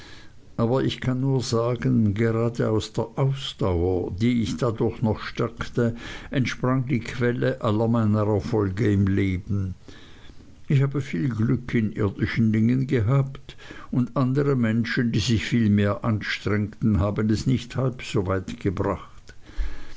aber ich kann nur sagen gerade aus der ausdauer die ich dadurch noch stärkte entsprang die quelle aller meiner erfolge im leben ich habe viel glück in irdischen dingen gehabt und andere menschen die sich viel mehr anstrengten haben es nicht halb soweit gebracht